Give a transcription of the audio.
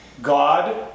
God